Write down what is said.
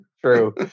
true